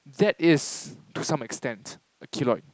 that is to some extend a keloid